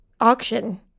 Auction